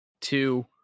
two